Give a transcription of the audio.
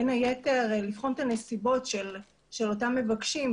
בין היתר לבחון את הנסיבות של אותם מבקשים,